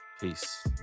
Peace